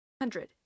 Hundred